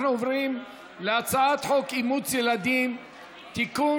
אנחנו עוברים להצעת חוק אימוץ ילדים (תיקון,